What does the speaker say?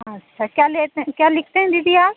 अच्छा क्या लेते हैं क्या लिखते हैं दीदी आप